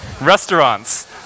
Restaurants